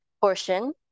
portion